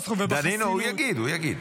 ובחסינות --- דנינו, הוא יגיד, הוא יגיד.